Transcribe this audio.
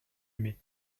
aimé